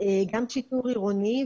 גם שיטור עירוני,